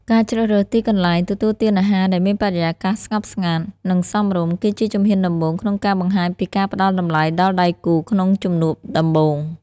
ការជ្រើសរើសទីកន្លែងទទួលទានអាហារដែលមានបរិយាកាសស្ងប់ស្ងាត់ និងសមរម្យ គឺជាជំហានដំបូងក្នុងការបង្ហាញពីការផ្ដល់តម្លៃដល់ដៃគូក្នុងជំនួបដំបូង។